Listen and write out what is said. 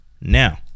now